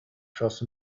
trust